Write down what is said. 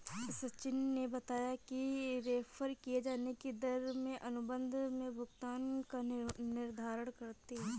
सचिन ने बताया कि रेफेर किये जाने की दर में अनुबंध में भुगतान का निर्धारण करती है